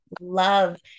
love